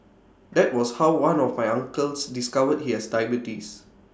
that was how one of my uncles discovered he has diabetes